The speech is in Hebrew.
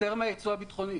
יוצר מהייצוא הביטחוני